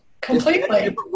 Completely